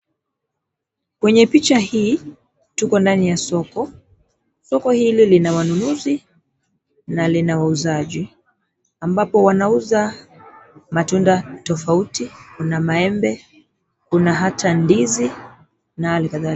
Kwenye picha hii, tuko ndani ya soko. Soko hili lina wanunuzi ni lina wauzaji ambapo wanauza matunda tofauti. Kuna maembe, kuna hata ndizi na kadhalika.